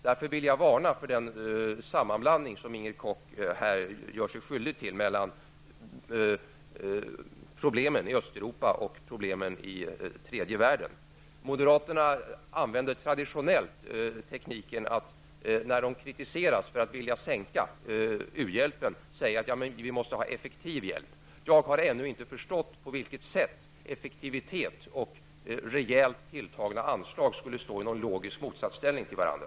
Därför vill jag varna för den sammanblandning som Inger Koch gör sig skyldig till mellan problemen i Östeuropa och problemen i tredje världen. Moderaterna använder traditionellt tekniken, när de kritiseras för att vilja minska u-hjälpen, att säga att det måste ges effektiv hjälp. Jag har ännu inte förstått på vilket sätt effektivitet och rejält tilltagna anslag skulle stå i logisk motsatsställning till varandra.